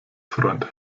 freund